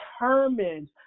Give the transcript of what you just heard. determined